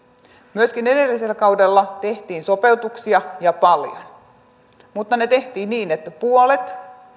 myöskin edellisellä kaudella tehtiin sopeutuksia ja paljon mutta ne tehtiin niin että puolet